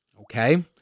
Okay